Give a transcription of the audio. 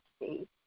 see